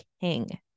king